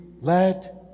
let